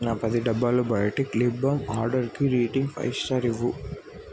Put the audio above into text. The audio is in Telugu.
నా పది డబ్బాలు బయోటిక్ లిప్ బామ్ ఆర్డర్కి రేటింగ్ ఐదు స్టార్లు ఇవ్వు